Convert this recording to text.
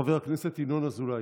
חבר הכנסת ינון אזולאי.